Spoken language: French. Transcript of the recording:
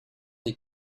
des